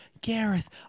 Gareth